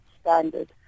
standard